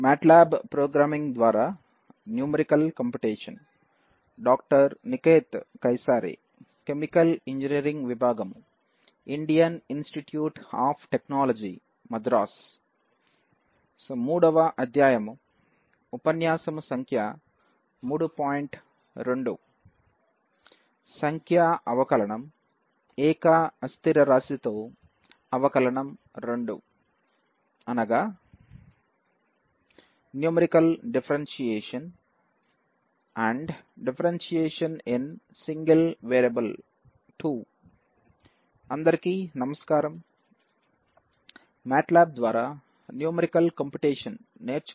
ఉన్నాము